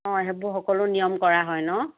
অঁ সেইবোৰ সকলো নিয়ম কৰা হয় ন